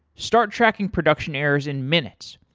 start tracking production errors in minutes.